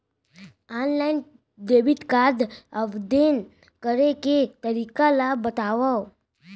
Online debit card आवेदन करे के तरीका ल बतावव?